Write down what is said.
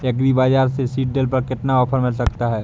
Agree बाजार से seed drill पर कितना ऑफर मिल सकता है?